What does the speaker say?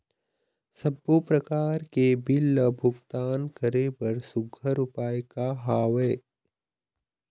सबों प्रकार के बिल ला भुगतान करे बर सुघ्घर उपाय का हा वे?